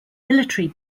military